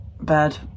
bed